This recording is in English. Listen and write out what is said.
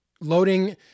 loading